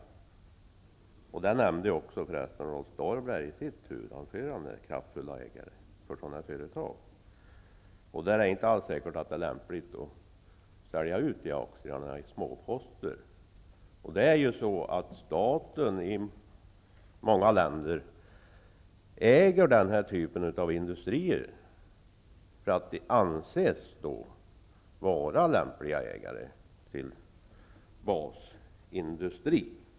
Också Rolf Dahlberg underströk för resten i sitt huvudanförande betydelsen av kraftfulla ledare för sådana här företag. Det är inte alls säkert att det är lämpligt att sälja ut aktierna i småposter. I många länder äger staten den här typen av industrier därför att staten anses vara lämplig ägare till basindustri.